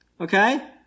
Okay